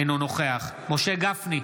אינו נוכח משה גפני,